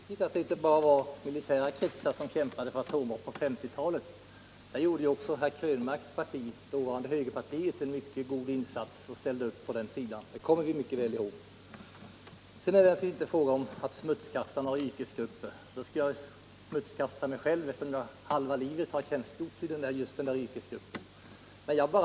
Herr talman! Det är alldeles riktigt att det inte bara var inom militära kretsar som man på 1950-talet kämpade för atombomben. Där gjorde också herr Krönmarks parti, dåvarande högerpartiet, en mycket stor insats genom att ställa upp på den sidan. Det kommer vi mycket väl ihåg. Sedan vill jag säga att det för min del inte är fråga om att smutskasta någon yrkesgrupp. I så fall skulle jag ju smutskasta mig själv, eftersom jag halva mitt liv har tjänstgjort inom den yrkesgrupp vi talar om.